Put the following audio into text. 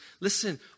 Listen